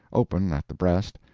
open at the breast,